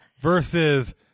versus